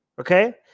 Okay